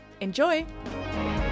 Enjoy